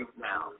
now